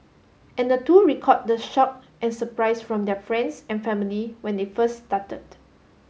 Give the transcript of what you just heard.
and the two recalled the shock and surprise from their friends and family when they first started